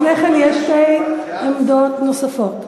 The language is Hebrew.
אבל לפני כן יש שתי עמדות נוספות.